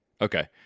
Okay